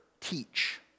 teach